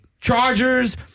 chargers